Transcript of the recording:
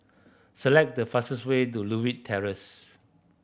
select the fastest way to Terrace